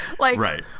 Right